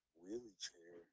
wheelchair